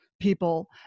people